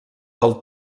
del